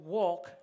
walk